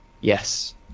Yes